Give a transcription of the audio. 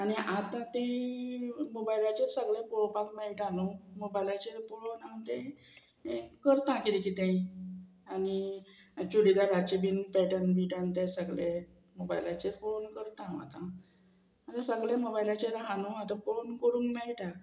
आनी आतां तें मोबायलाचेर सगळे पळोवपाक मेळटा न्हू मोबायलाचेर पळोवन हांव ते करता किदें कितें आनी चुडीदाराचे बीन पॅटर्न बिटन ते सगळे मोबायलाचेर पळोवन करता हांव आतां आतां सगळे मोबायलाचेर आहा न्हू आतां पळोवन करूंक मेळटा